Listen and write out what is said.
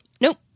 Nope